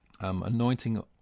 Anointing